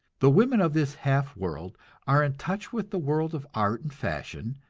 the women of this half-world are in touch with the world of art and fashion,